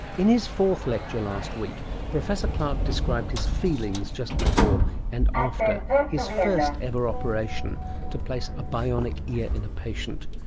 in his fourth lecture last week professor clark described his feelings just before and after the first ever operation to place a bionic ear in a patient.